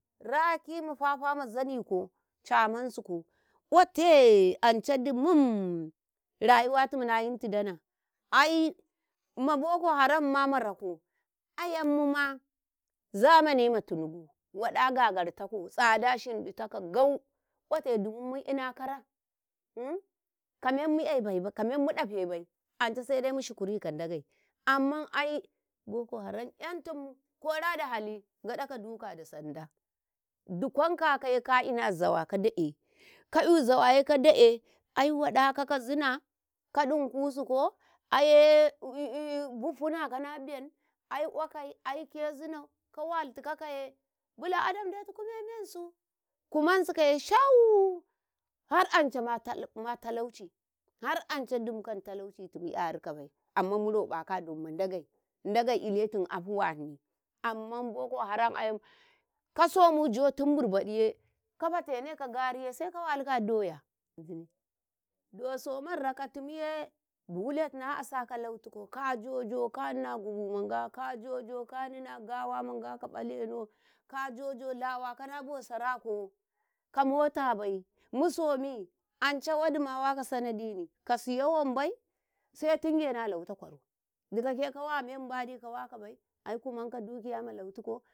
﻿Raki mafafa ma zaniko camansuku ƙotéh anca dimum rayuwatum nayinti dana aima boko haramma maraku ayam muna zamanima tinibu waɗa gagartakau tsada shinditakou gau, ƙwate dimu mu'ina kara umh Kaman mu'ebai kamen muɗafebai ance saidai mushukuri ka Ndagei, amman ai boko-haram 'yantum kora da hali gaɗakau duka da sanda dukwan kaye ka'ina zawa kada'eh ka“yu zawaye ka kada'ee'h ai waɗaka kazina kaɗinkusu kou aye buhunakau naben ai akwai aiy kezino, kawaltikakaye bil-adam Ndetu kume mesuu kamansuye shau har ancau har ancou ma talau, talauci har ance Ndimkam talaucin 'yarikabai amman muroƃaka adonma Ndage, Ndageiiletum afawa Nhini amman boko-haram aiy kasumujo tin birbaɗiye kafatene ka Ngariye saika walu a doya bosoman raka timmuye bulet na asaka lautuku kajojo ka Nnina gubu ma Nga, kajojo ka Nnina gawa ma Nga kabaleno, kajojo lawaka nabo sarako, ka motabai musomi anca wadima waka sandini kasiyau wanbi sai tingeno a lauta kwaro, dikade kawa men mbadi kawakabai aiy kuman ka dukiyama lautikau.